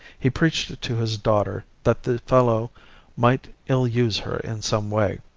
he preached it to his daughter that the fellow might ill-use her in some way.